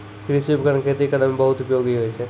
कृषि उपकरण खेती करै म बहुत उपयोगी होय छै